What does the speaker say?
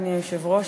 אדוני היושב-ראש,